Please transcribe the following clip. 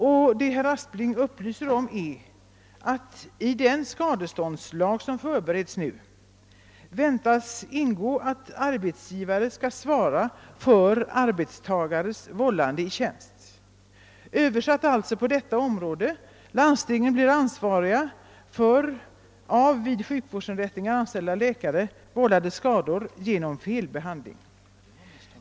Statsrådet Aspling upplyser om att i den skadeståndslag, som förberedes, väntas ingå att arbetsgivare skall svara för arbetstagares vållande i tjänsten. Översatt på detta område: landstingen blir ansvariga för de skador som vid sjukvårdsinrättningarna anställda läkare vållat genom felbehandling.